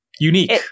unique